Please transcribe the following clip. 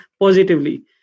positively